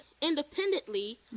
independently